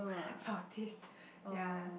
Dorothy's ya